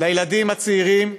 לילדים הצעירים,